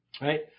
right